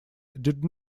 did